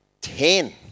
ten